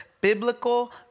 biblical